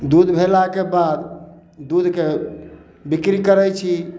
दूध भेलाके बाद दूधके बिक्री करै छी